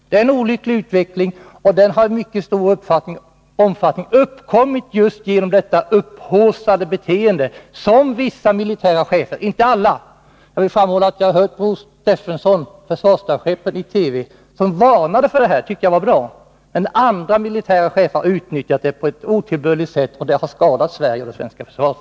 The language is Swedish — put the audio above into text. Det är en olycklig utveckling, och orsaken till den är främst den upphaussning som vissa militära chefer har gjort sig skyldiga till — dock inte alla. Försvarsstabschefen Bror Stefensson t.ex. varnade i TV för detta. Men 17 andra militära chefer har utnyttjat händelserna på ett otillbörligt sätt, och det har skadat Sverige och det svenska försvaret.